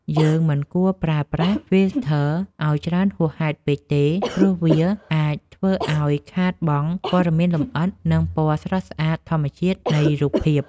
យើងមិនគួរប្រើប្រាស់ ហ្វីលធ័រ ឱ្យច្រើនហួសហេតុពេកទេ ព្រោះវាអាចធ្វើឱ្យបាត់បង់ព័ត៌មានលម្អិត និងភាពស្រស់ស្អាតធម្មជាតិនៃរូបភាព។